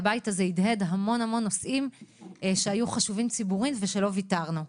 הבית הזה הדהד המון נושאים שהיו חשובים ציבורית ושלא ויתרנו עליהם.